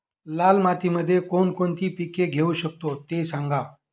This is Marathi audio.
लाल मातीमध्ये कोणकोणती पिके घेऊ शकतो, ते सांगा